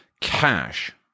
cash